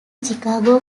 chicago